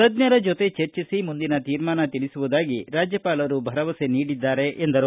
ತಜ್ಞರ ಜೊತೆ ಚರ್ಚಿಸಿ ಮುಂದಿನ ತೀರ್ಮಾನ ತಿಳಿಸುವುದಾಗಿ ಅವರು ಭರವಸೆ ನೀಡಿದ್ದಾರೆ ಎಂದರು